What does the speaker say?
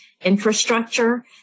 infrastructure